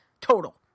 Total